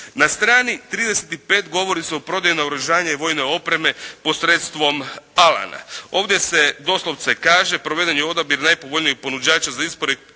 Na strani 35 govori se o prodaju naoružanja i vojne opreme pod sredstvom "Alan", ovdje se doslovce kaže: "Proveden je odabir najpovoljnijeg ponuđača za isporuku